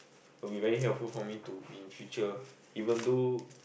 will be very helpful for me to be in future even though